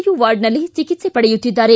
you ವಾರ್ಡ್ನಲ್ಲಿ ಚಿಕಿತ್ಸೆ ಪಡೆಯುತ್ತಿದ್ದಾರೆ